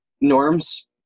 norms